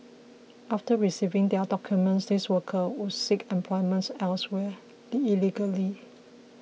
after receiving their documents these workers would then seek employment elsewhere illegally